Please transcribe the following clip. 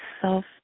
self